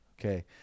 okay